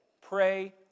Pray